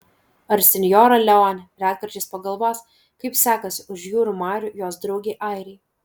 ar sinjora leonė retkarčiais pagalvos kaip sekasi už jūrų marių jos draugei airei